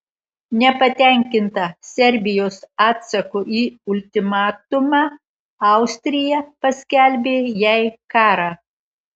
nepatenkinta serbijos atsaku į ultimatumą austrija paskelbė jai karą